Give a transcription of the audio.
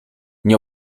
nie